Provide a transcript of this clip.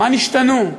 מה נשתנו?